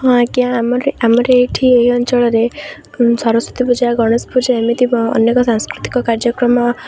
ହଁ ଆଜ୍ଞା ଆମର ଏଇଠି ଏ ଅଞ୍ଚଳରେ ସରସ୍ଵତୀ ପୂଜା ଗଣେଶ ପୂଜା ଏମିତି ଅନେକ ସାଂସ୍କୃତିକ କାର୍ଯ୍ୟକ୍ରମ